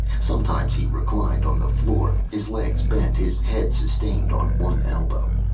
sometimes he reclined on the floor, his legs bent, his head sustained on one elbow.